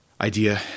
idea